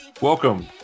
Welcome